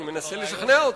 אני מנסה לשכנע אותו.